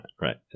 right